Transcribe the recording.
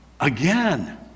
again